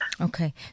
Okay